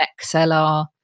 XLR